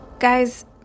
Guys